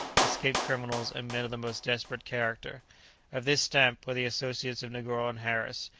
escaped criminals, and men of the most desperate character of this stamp were the associates of negoro and harris,